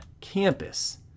campus